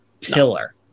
pillar